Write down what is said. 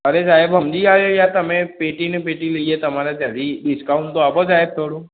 અરે સાહેબ સમજી જાવ ને યાર તમે પેટી ને પેટી લઈએ તમારા ત્યાંથી ડિસ્કાઉન્ટ તો આપો સાહેબ થોડુંક